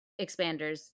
expanders